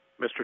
Mr